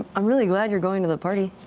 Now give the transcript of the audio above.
i'm really glad you're going to the party.